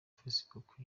facebook